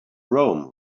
rome